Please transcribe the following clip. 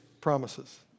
promises